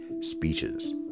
speeches